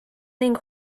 ning